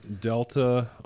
Delta